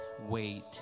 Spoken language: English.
wait